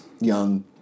Young